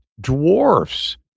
dwarfs